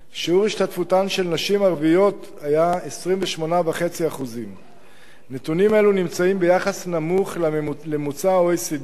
שיעור השתתפותן של נשים ערביות היה 28.5%. נתונים אלו נמצאים ביחס נמוך לממוצע ה-OECD,